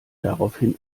daraufhin